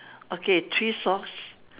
okay three socks